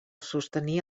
sostenir